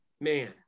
man